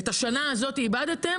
את השנה הזאת איבדתם,